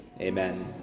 amen